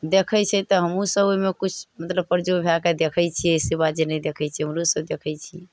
देखै छै तऽ हमहुँ सब ओहिमे किछु मतलब परजो भए कए देखै छियै से बा जे नहि देखै छियै हमरो सब देखै छी